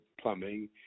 plumbing